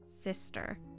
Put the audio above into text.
sister